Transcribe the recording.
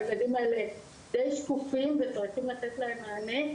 הילדים האלה די שקופים וחייבים לתת להם מענה.